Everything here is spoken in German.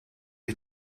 ich